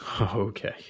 okay